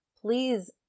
please